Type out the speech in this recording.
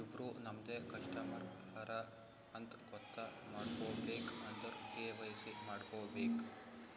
ಇವ್ರು ನಮ್ದೆ ಕಸ್ಟಮರ್ ಹರಾ ಅಂತ್ ಗೊತ್ತ ಮಾಡ್ಕೋಬೇಕ್ ಅಂದುರ್ ಕೆ.ವೈ.ಸಿ ಮಾಡ್ಕೋಬೇಕ್